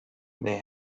they